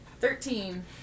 Thirteen